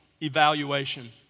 evaluation